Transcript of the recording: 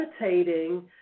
meditating